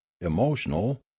emotional